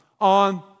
on